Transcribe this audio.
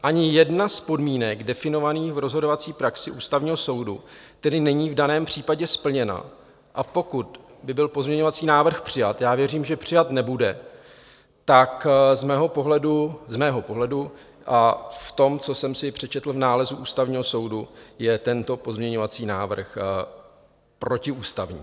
Ani jedna z podmínek definovaných v rozhodovací praxi Ústavního soudu tedy není v daném případě splněna, a pokud by byl pozměňovací návrh přijat, já věřím, že přijat nebude, tak z mého pohledu a v tom, co jsem si přečetl v nálezu Ústavního soudu, je tento pozměňovací návrh protiústavní.